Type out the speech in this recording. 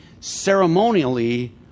ceremonially